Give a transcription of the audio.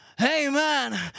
amen